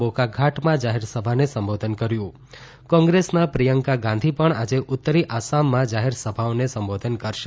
બોકાખાટમાં જાહેરસભાને સંબોધન કર્યું કોંગ્રેસના પ્રિયંકા ગાંધી પણ આજે ઉત્તરી આસામમાં જાહેર સભાઓને સંબોધન કરશે